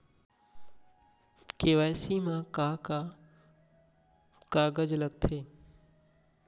KYC मा का का कागज लगथे?